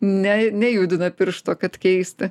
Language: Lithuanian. ne nejudina piršto kad keista